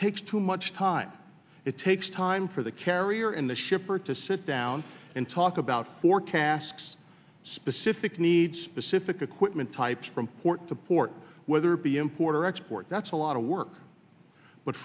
takes too much time it takes time for the carrier in the shipper to sit down and talk about forecasts specific needs pacific equipment types from port to port whether it be importer export that's a lot of work but